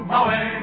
away